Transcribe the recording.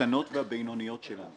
הקטנות והבינוניות שלנו.